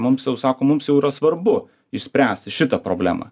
mums jau sako mums jau yra svarbu išspręsti šitą problemą